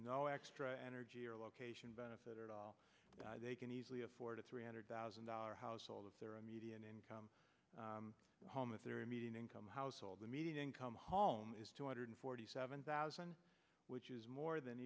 no extra energy or location benefit at all they can easily afford a three hundred thousand dollars household of their own median income home with their immediate income household the median income home is two hundred forty seven thousand which is more than